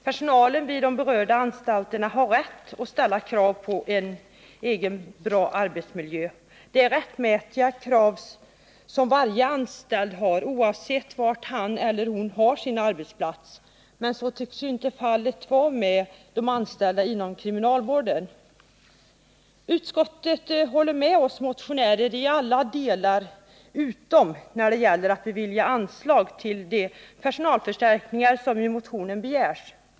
Personalen vid de berörda anstalterna har rätt att ställa krav på en bra arbetsmiljö — det är rättmätiga krav från varje anställd, oavsett var han eller hon har sin arbetsplats. Men så tycks inte vara fallet för de anställda inom kriminalvården. Utskottet håller med oss motionärer i alla delar utom när det gäller att tillstyrka anslag till de personalförstärkningar som begärs i motionen.